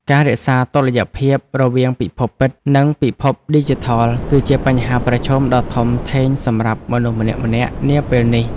ការរក្សាតុល្យភាពរវាងពិភពពិត និងពិភពឌីជីថលគឺជាបញ្ហាប្រឈមដ៏ធំធេងសម្រាប់មនុស្សម្នាក់ៗនាពេលនេះ។